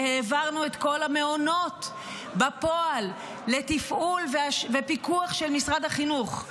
והעברנו את כל המעונות בפועל לתפעול ופיקוח של משרד החינוך,